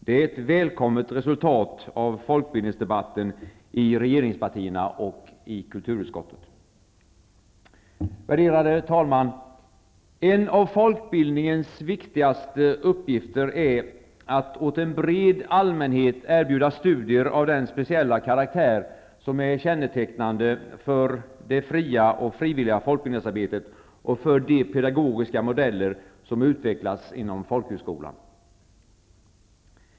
Det är ett välkommet resultat av folkbildningsdebatten i regeringspartierna och i kulturutskottet. Värderade talman! En av folkbildningens viktigaste uppgifter är att erbjuda en bred allmänhet studier av den speciella karaktär som är kännetecknande för det fria och frivilliga folkbildningsarbetet och för de pedagogiska modeller som har utvecklats inom folkhögskolan.